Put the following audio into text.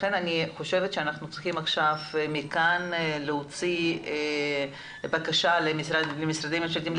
אני חושבת שאנחנו צריכים להוציא מכאן בקשה למשרדים הממשלתיים,